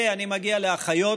אני מגיע לאחיות.